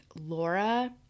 Laura